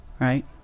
right